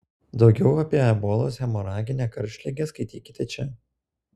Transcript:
daugiau apie ebolos hemoraginę karštligę skaitykite čia